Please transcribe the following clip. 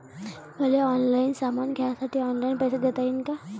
मले ऑनलाईन सामान घ्यासाठी ऑनलाईन पैसे देता येईन का?